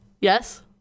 Yes